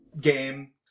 game